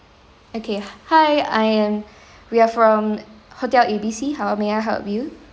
okay h~ hi I am we are from hotel A B C how may I help you